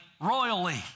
royally